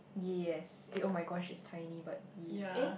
yes it oh my gosh it's tiny but y~ eh